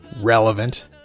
Relevant